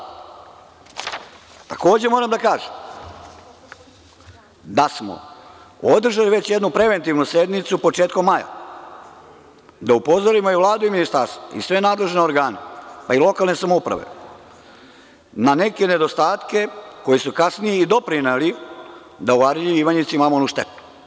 Takođe moram da kažem da smo održali već jednu preventivnu sednicu početkom maja, da upozorimo i Vladu i ministarstvo i sve nadležne organe, pa i lokalne samouprave na neke nedostatke koji su kasnije i doprineli da u Arilju i Ivanjici imamo onu štetu.